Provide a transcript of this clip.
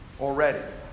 already